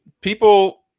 people